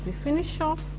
finished off,